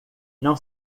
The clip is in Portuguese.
não